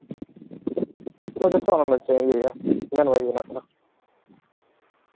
ᱡᱚᱛᱚ ᱚᱸᱰᱮ ᱤᱭᱟᱹᱭᱟ ᱚᱱᱟ ᱠᱷᱚᱱᱟᱜ